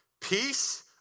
peace